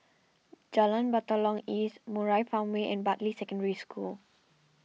Jalan Batalong East Murai Farmway and Bartley Secondary School